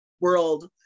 world